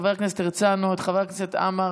את חבר הכנסת הרצנו,